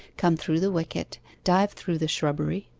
come through the wicket, dive through the shrubbery,